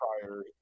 prior